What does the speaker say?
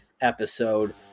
episode